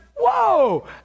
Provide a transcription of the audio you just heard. whoa